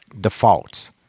defaults